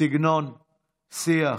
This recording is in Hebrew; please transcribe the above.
סגנון, שיח,